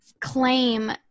claim